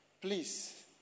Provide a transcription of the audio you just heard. please